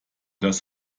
das